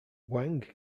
wang